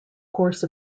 course